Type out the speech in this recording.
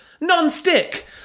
non-stick